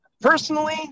personally